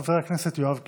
חבר הכנסת יואב קיש.